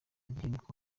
gihinduka